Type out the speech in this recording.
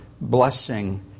blessing